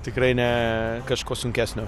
tikrai ne kažko sunkesnio